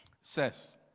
says